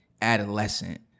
adolescent